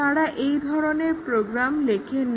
তারা এই ধরনের প্রোগ্রাম লেখেন না